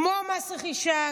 כמו מס רכישה,